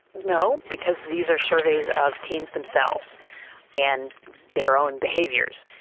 no because these are surveys of teens themselves and their own behaviours.